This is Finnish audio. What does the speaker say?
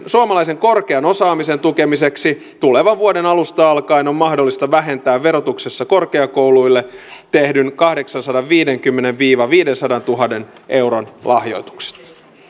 suomalaisen korkean osaamisen tukemiseksi tulevan vuoden alusta alkaen on mahdollista vähentää verotuksessa korkeakouluille tehdyt kahdeksansadanviidenkymmenen viiva viidensadantuhannen euron lahjoitukset